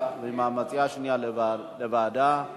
הדובר הבא הוא חבר הכנסת ג'מאל זחאלקה, איננו.